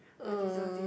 I deserve this